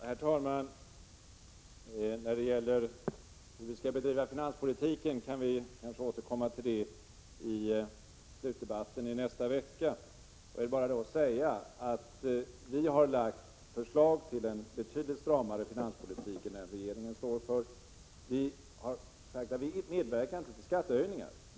Herr talman! Hur finanspolitiken skall bedrivas kan vi kanske återkomma tillislutdebatten i nästa vecka. Jag vill bara säga att vi har lagt fram förslag till en betydligt stramare finanspolitik än den regeringen står för. Vi har sagt: Vi medverkar inte till skattehöjningar.